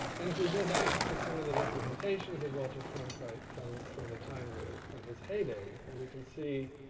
and if we go back to some of the representations of walter cronkite from from the time of, from his hay day, we can see